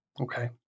Okay